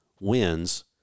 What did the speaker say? wins